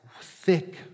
thick